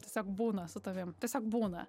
tiesiog būna su tavim tiesiog būna